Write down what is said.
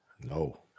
No